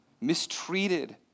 mistreated